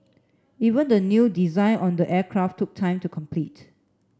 even the new design on the aircraft took time to complete